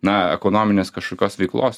na ekonominės kažkokios veiklos